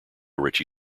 richie